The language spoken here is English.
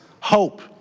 hope